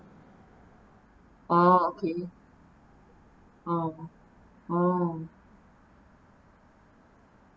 oh okay oh oh